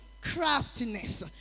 craftiness